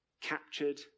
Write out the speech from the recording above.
captured